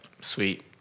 Sweet